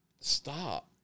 stop